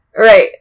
Right